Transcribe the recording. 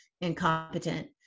incompetent